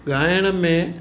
ॻायण में